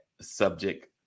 subject